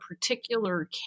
particular